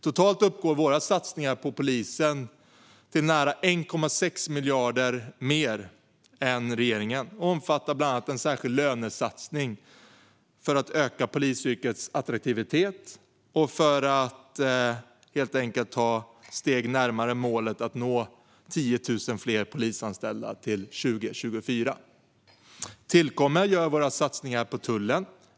Totalt uppgår våra satsningar på polisen till nära 1,6 miljarder mer än regeringens och omfattar bland annat en särskild lönesatsning för att öka polisyrkets attraktivitet och helt enkelt ta steg för att komma närmare målet 10 000 fler polisanställda till 2024. Därtill kommer våra satsningar på tullen.